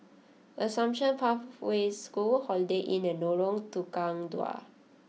Assumption Pathway School Holiday Inn and Lorong Tukang Dua